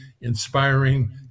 inspiring